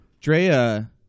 Drea